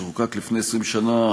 שחוקק לפני 20 שנה,